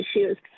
issues